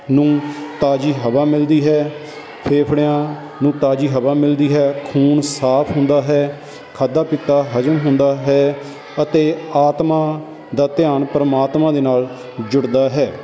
ਨੂੰ ਤਾਜ਼ੀ ਹਵਾ ਮਿਲਦੀ ਹੈ ਫੇਫੜਿਆਂ ਨੂੰ ਤਾਜ਼ੀ ਹਵਾ ਮਿਲਦੀ ਹੈ ਖੂਨ ਸਾਫ਼ ਹੁੰਦਾ ਹੈ ਖਾਦਾ ਪੀਤਾ ਹਜ਼ਮ ਹੁੰਦਾ ਹੈ ਅਤੇ ਆਤਮਾ ਦਾ ਧਿਆਨ ਪਰਮਾਤਮਾ ਦੇ ਨਾਲ ਜੁੜਦਾ ਹੈ